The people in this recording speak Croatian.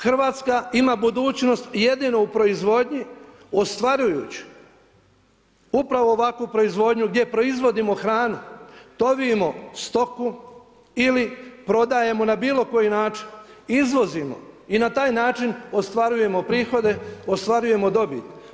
Hrvatska ima budućnost jedino u proizvodnji ostvarujući upravo ovakvu proizvodnju gdje proizvodimo hranu, tovimo stoku, ili prodajemo na bilo koji način, izvozimo i na taj način ostvarujemo prihode, ostvarujemo dobit.